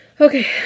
Okay